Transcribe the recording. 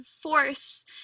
force